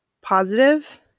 positive